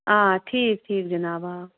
آ ٹھیٖک ٹھیٖک جِناب آ